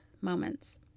moments